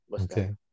Okay